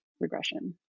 regression